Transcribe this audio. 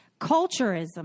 culturism